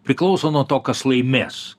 priklauso nuo to kas laimės